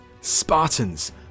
Spartans